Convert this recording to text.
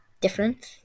difference